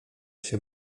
się